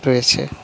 রয়েছে